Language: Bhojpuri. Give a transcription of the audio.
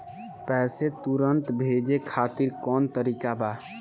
पैसे तुरंत भेजे खातिर कौन तरीका बा?